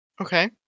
Okay